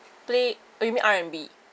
play~ oh you mean R&B